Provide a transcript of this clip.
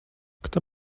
kto